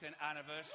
anniversary